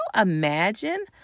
imagine